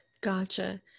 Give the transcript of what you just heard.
Gotcha